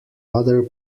other